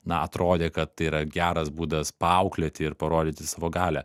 na atrodė kad tai yra geras būdas paauklėti ir parodyti savo galią